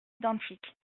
identiques